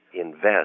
invest